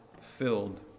filled